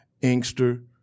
Inkster